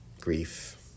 grief